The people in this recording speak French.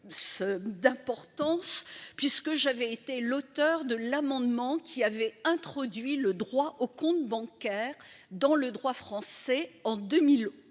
d'intérêt que j'ai été l'auteure de l'amendement qui avait introduit le droit au compte bancaire dans le droit français en 2011.